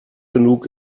genug